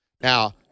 Now